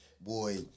boy